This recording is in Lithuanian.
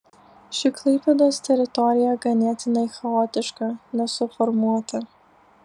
ši klaipėdos teritorija ganėtinai chaotiška nesuformuota